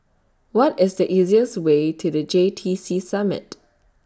What IS The easiest Way to The J T C Summit